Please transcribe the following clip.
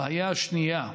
הבעיה השנייה,